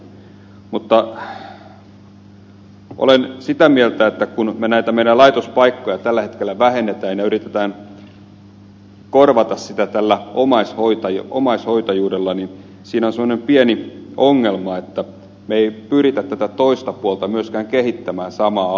mutta olen sitä mieltä että kun me näitä meidän laitospaikkojamme tällä hetkellä vähennämme ja yritämme korvata niitä omaishoitajuudella siinä on sellainen pieni ongelma että me emme pyri myöskään tätä toista puolta kehittämään samaan aikaan